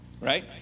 right